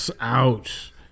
Ouch